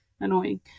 annoying